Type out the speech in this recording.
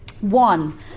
One